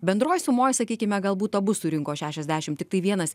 bendroj sumoj sakykime galbūt abu surinko šešiasdešim tiktai vienas